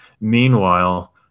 Meanwhile